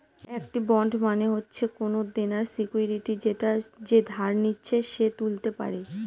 একটি বন্ড মানে হচ্ছে কোনো দেনার সিকুইরিটি যেটা যে ধার নিচ্ছে সে তুলতে পারে